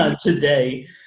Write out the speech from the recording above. today